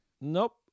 Nope